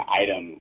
item